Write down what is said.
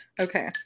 Okay